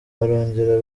barongera